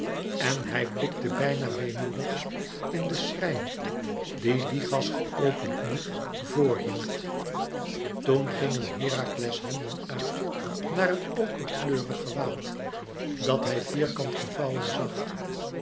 en hij blikte bijna weemoedig in den schrijn dien lichas geopend nu voor hield toen gingen herakles handen uit naar het okerkleurig gewaad dat hij vierkant gevouwen zag